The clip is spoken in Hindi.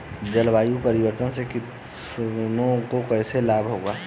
जलवायु परिवर्तन से किसानों को कैसे लाभ होगा?